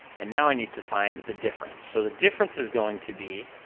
and now i need to find the difference, so the difference is going to be,